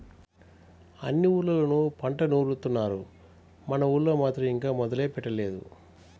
అన్ని ఊర్లళ్ళోనూ పంట నూరుత్తున్నారు, మన ఊళ్ళో మాత్రం ఇంకా మొదలే పెట్టలేదు